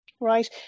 Right